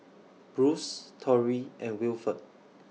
Bruce Tory and Wilford